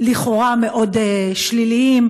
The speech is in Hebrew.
לכאורה מאוד שליליים,